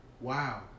Wow